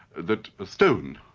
that a stone,